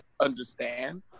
understand